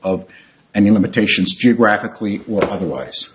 of any limitations geographically or otherwise